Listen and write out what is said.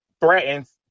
threatens